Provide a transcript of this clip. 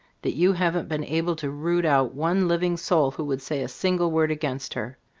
that you haven't been able to root out one living soul who would say a single word against her.